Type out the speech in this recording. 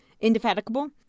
Indefatigable